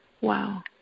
Wow